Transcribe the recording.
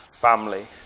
family